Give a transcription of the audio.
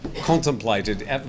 contemplated